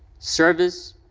service,